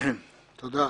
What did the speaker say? תודה.